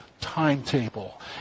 timetable